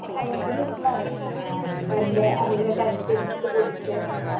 അങ്ങനത്തെ ആ നല്ല അമ്മീമ്മേട്ടരച്ച് ഇടിച്ച് പൊടിച്ച ആ